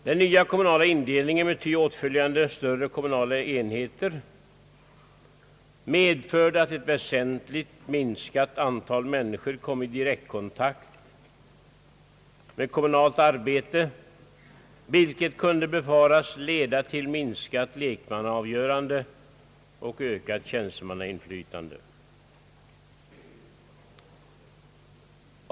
Den nya kommunala indelningen med ty åtföljande större kommunala enheter medförde att ett väsentligt minskat antal människor kom i direkt kontakt med kommunalt arbete, vilket kunde befaras leda till minskat lekmannaavgörande och ökat tjänstemannainflytande.